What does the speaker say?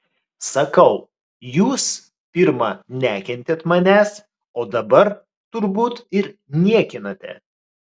sakau jūs pirma nekentėt manęs o dabar turbūt ir niekinate